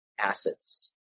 assets